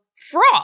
fraud